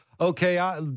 okay